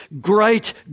great